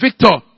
victor